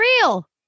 real